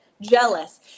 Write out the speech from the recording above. jealous